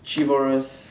chivalrous